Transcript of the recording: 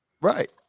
Right